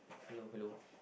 hello hello